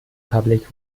public